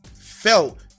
felt